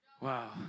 wow